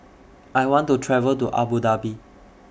I want to travel to Abu Dhabi